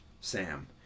Sam